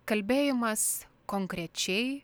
kalbėjimas konkrečiai